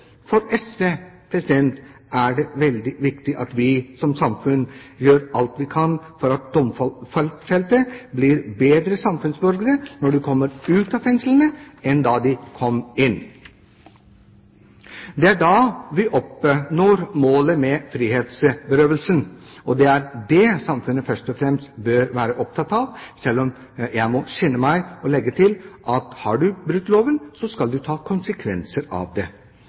For SV er det veldig viktig at vi som samfunn gjør alt vi kan for at domfelte blir bedre samfunnsborgere når de kommer ut av fengslene, enn da de kom inn. Det er da vi oppnår målet med frihetsberøvelsen. Og det er dét samfunnet først og fremst bør være opptatt av, selv om jeg må skynde meg å legge til at har du brutt loven, så skal du ta konsekvensen av det.